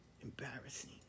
Embarrassing